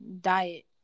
diet